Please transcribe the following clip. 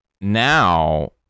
now